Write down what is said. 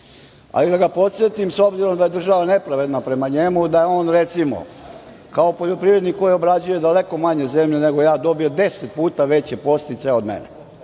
da ga podsetim s obzirom da je država nepravedna prema njemu da je on, recimo, kao poljoprivrednik koji obrađuje daleko mnogo manje zemlje nego ja dobio je 10 puta veće podsticaje od mene